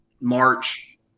March